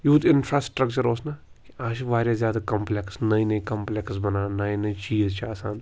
یوٗت اِنفرٛاسٕٹرَکچَر اوس نہٕ کیٚنٛہہ آز چھُ واریاہ زیادٕ کَمپٕلٮ۪کٕس نٔے نٔے کَمپٕلٮ۪کٕس بَنان نَیہِ نَیہِ چیٖز چھِ آسان